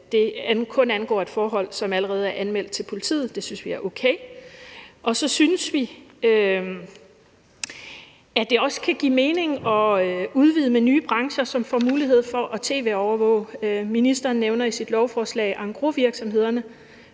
det kun angår et forhold, som allerede er anmeldt til politiet; det synes vi er okay. Og så synes vi, at det også kan give mening at udvide med nye brancher, som får mulighed for at tv-overvåge. Ministeren nævner i sit lovforslag engrosvirksomhederne,